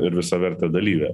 ir visaverte dalyve